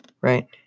right